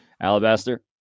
Alabaster